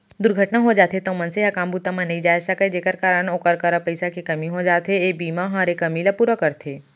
दुरघटना हो जाथे तौ मनसे ह काम बूता म नइ जाय सकय जेकर कारन ओकर करा पइसा के कमी हो जाथे, ए बीमा हर ए कमी ल पूरा करथे